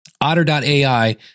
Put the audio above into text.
otter.ai